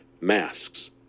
masks